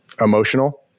emotional